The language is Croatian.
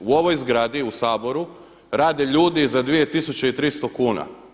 U ovoj zgradi u Saboru rade ljudi za 2.300 kuna.